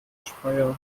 speyer